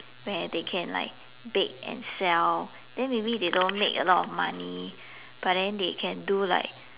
where they can like bake and sell then maybe they don't make a lot of money but then they can do like